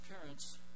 parents